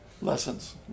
lessons